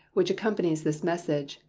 which accompanies this message,